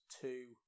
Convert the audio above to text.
two